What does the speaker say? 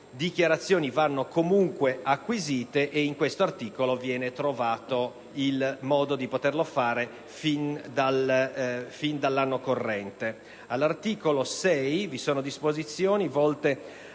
dichiarazioni vanno però comunque acquisite e in questo articolo si individua il modo per poterlo fare sin dall'anno corrente.